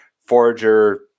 forager